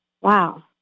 Wow